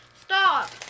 Stop